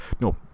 no